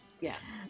Yes